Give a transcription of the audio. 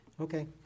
Okay